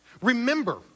Remember